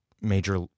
major